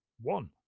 One